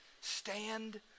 Stand